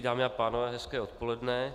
Dámy a pánové, hezké odpoledne.